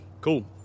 cool